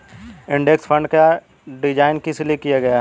Index fund का design किस लिए किया गया है?